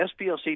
SPLC